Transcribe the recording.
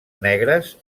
negres